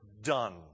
done